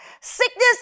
Sickness